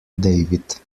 david